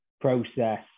process